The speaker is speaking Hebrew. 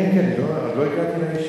כן כן, עוד לא הגעתי לאשה.